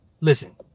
Listen